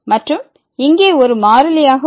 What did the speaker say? மற்றும் இங்கே ஒரு மாறிலியாக உள்ளது